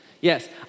Yes